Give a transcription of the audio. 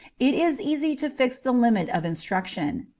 it is easy to fix the limit of instruction.